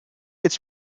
its